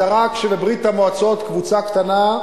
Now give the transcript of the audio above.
אז זה רק שבברית-המועצות קבוצה קטנה,